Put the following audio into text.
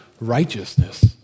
righteousness